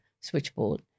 switchboard